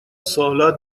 سوالات